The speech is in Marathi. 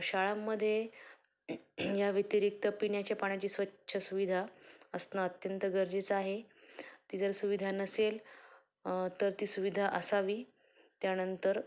शाळांमध्ये या व्यतिरिक्त पिण्याच्या पाण्याची स्वच्छ सुविधा असणं अत्यंत गरजेचं आहे ती जर सुविधा नसेल तर ती सुविधा असावी त्यानंतर